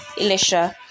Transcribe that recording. Elisha